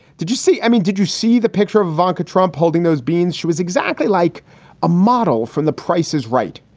did you see i mean, did you see the picture of vanka trump holding those beans? she was exactly like a model from the price is right,